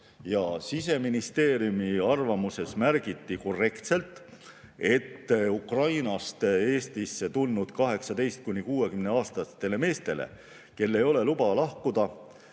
Siseministeeriumi arvamuses märgiti korrektselt, et Ukrainast Eestisse tulnud 18–60‑aastastele meestele, kel ei ole luba lahkuda